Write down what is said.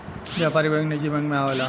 व्यापारिक बैंक निजी बैंक मे आवेला